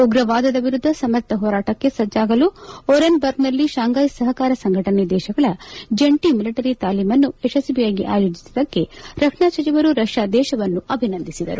ಉಗ್ರವಾದದ ವಿರುದ್ದ ಸಮರ್ಥ ಹೋರಾಟಕ್ಕೆ ಸಚ್ಚಾಗಲು ಒರೆನ್ಬರ್ಗ್ನಲ್ಲಿ ಶಾಂಫೈ ಸಹಕಾರ ಸಂಘಟನೆ ದೇಶಗಳ ಜಂಟಿ ಮಿಲಿಟರಿ ತಾಲೀಮನ್ನು ಯಶಸ್ವಿಯಾಗಿ ಆಯೋಜಿಸಿದ್ದಕ್ಕೆ ರಕ್ಷಣಾ ಸಚಿವರು ರಷ್ಯಾ ದೇಶವನ್ನು ಅಭಿನಂದಿಸಿದರು